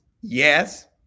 yes